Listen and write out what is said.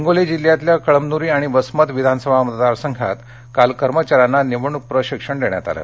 हिंगोली जिल्ह्यातल्या कळमन्री आणि वसमत विधानसभा मतदार संघात काल कर्मचाऱ्यांना निवडणूक प्रशिक्षण देण्यात आलं